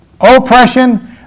oppression